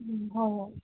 ꯎꯝ ꯍꯣꯏ ꯍꯣꯏ